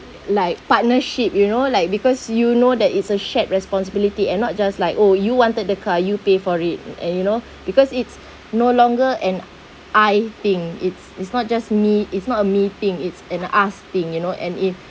like partnership you know like because you know that is a shared responsibility and not just like oh you wanted the car you pay for it uh and you know because it's no longer an I think it's it's not just me it's not a me-thing it's an us-thing you know and if